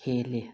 ꯍꯦꯜꯂꯤ